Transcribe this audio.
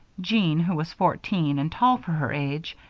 jean, who was fourteen, and tall for her age,